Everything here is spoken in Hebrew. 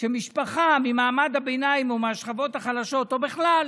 שמשפחה ממעמד הביניים או מהשכבות החלשות או בכלל,